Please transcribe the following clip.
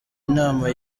inama